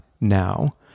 now